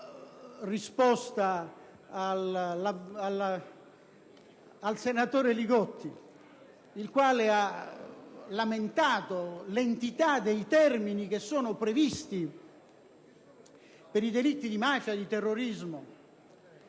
darla poi al senatore Li Gotti, il quale ha lamentato l'entità dei termini previsti per i delitti di mafia e terrorismo.